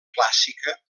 clàssica